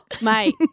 Mate